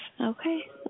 Okay